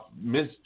Miss